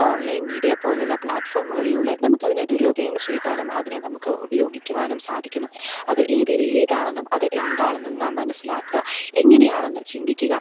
online media പോലെയുള്ള പ്ലാറ്റ്ഫോമുകളിലൂടെ നമുക്ക് അതിനെ ദുരുപയോഗം ചെയ്യാനും അതിനെ നമുക്ക് ഉപയോഗിക്കുവാനും സാധിക്കുന്നു അത് ഏതു രീതിയിലാണെന്നും അത് എന്താണെന്നും നാം മനസ്സിലാക്കുക എങ്ങനെയാണെന്നു ചിന്തിക്കുക